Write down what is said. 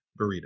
burrito